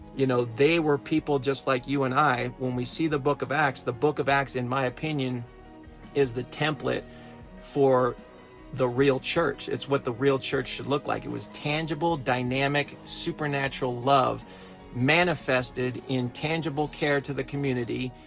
you know they were people just like you and i when we see the book of acts the book of acts in my opinion is the template for the real church. it's what the real church should look, like it was tangible, dynamic, supernatural love manifested in tangible care to the community,